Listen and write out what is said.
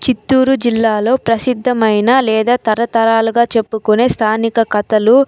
చిత్తూరు జిల్లాలో ప్రసిద్ధమైన లేదా తర తరాలుగా చెప్పుకొనే స్థానిక కథలు